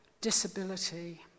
disability